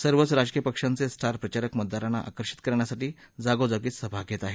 सर्वच राजकीय पक्षांचे स्टार प्रचारक मतदारांना आकर्षित करण्यासाठी जागोजागी सभा घेत आहेत